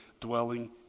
dwelling